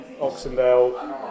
Oxendale